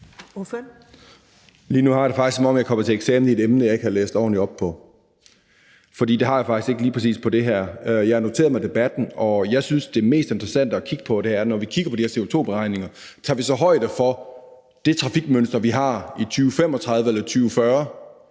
Lige nu har jeg det faktisk, som om jeg er kommet til eksamen i et emne, jeg ikke har læst ordentlig op på, for det har jeg faktisk ikke lige præcis på det her. Jeg har noteret mig debatten, og jeg synes, at det mest interessante at kigge på er, om vi, når vi kigger på de her CO2-beregninger, så tager højde for det trafikmønster, vi har i 2035 eller 2040,